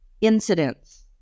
incidents